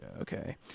Okay